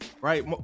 Right